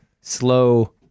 slow